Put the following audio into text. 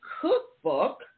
cookbook